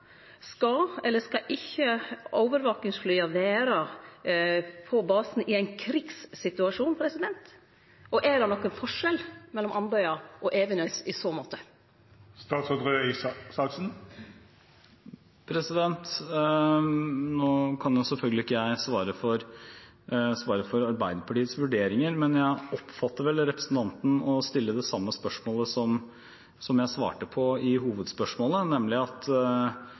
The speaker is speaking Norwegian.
Skal eller skal ikkje overvakingsflya vere på basen i ein krigssituasjon, og er det nokon forskjell mellom Andøya og Evenes i så måte? Nå kan jeg selvfølgelig ikke svare for Arbeiderpartiets vurderinger, men jeg oppfatter vel at representanten stiller det samme spørsmålet som jeg svarte på i hovedspørsmålet, nemlig at